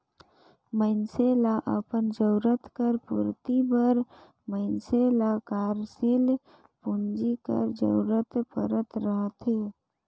मइनसे ल अपन जरूरत कर पूरति बर मइनसे ल कारसील पूंजी कर जरूरत परत रहथे